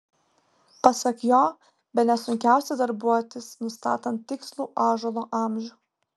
pasak jo bene sunkiausia darbuotis nustatant tikslų ąžuolo amžių